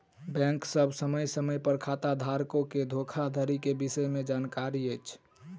bank सभ समय समय पर खाताधारक के धोखाधड़ी के विषय में जानकारी अछि